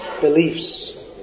beliefs